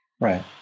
Right